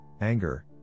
anger